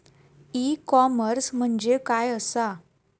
E commerce म्हणजे काय असा?